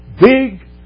big